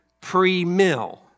pre-mill